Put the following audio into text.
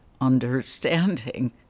understanding